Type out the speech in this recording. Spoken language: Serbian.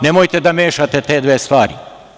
Nemojte da mešate te dve stvari.